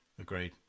Agreed